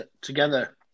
together